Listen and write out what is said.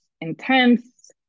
intense